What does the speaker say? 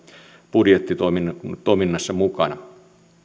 budjettitoiminnassa mukana